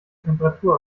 temperatur